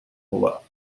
below